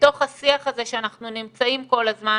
בתוך השיח הזה שאנחנו נמצאים כל הזמן,